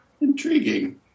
Intriguing